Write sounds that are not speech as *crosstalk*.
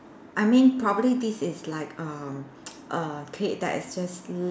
I mean probably this is like err *noise* err kid that is just l~